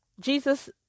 Jesus